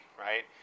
right